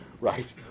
Right